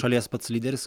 šalies pats lyderis